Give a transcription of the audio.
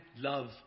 Love